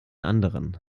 anderen